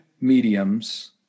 mediums